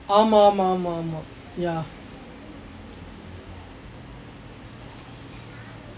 ஆமாம் ஆமாம் ஆமாம் ஆமாம்:aamaam aamaam aamaam aamaam ya